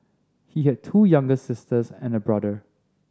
he had two younger sisters and a brother